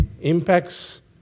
impacts